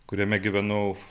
kuriame gyvenau